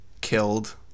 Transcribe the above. killed